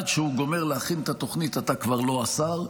ועד שהוא גומר להכין את התוכנית אתה כבר לא השר.